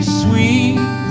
sweet